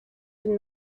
did